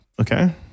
Okay